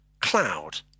cloud